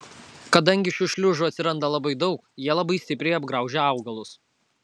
kadangi šių šliužų atsiranda labai daug jie labai stipriai apgraužia augalus